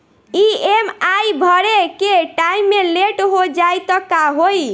EMI भरे के time मे लेट हो जायी त का होई?